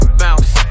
bounce